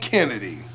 Kennedy